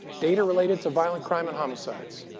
data related to violent crime and homicides,